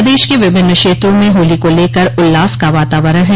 प्रदेश के विभिन्न क्षेत्रों में होली को लेकर उल्लास का वातावरण है